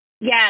Yes